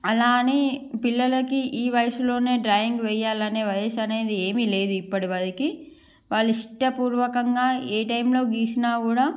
అలా అని పిల్లలకి ఈ వయసులోనే డ్రాయింగ్ వేయాలనే వయసు అనేది ఏమీ లేదు ఇప్పటి వరకు వాళ్ళు ఇష్ట పూర్వకంగా ఏ టైంలో గీసినా కూడా